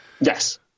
Yes